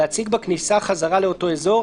להציג בכניסה חזרה לאותו אזור,